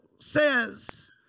says